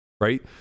right